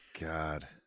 God